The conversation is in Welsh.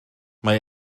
mae